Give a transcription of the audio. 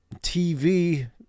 TV